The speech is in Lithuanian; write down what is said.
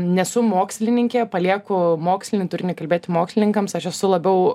nesu mokslininkė palieku mokslinį turinį kalbėti mokslininkams aš esu labiau